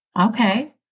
Okay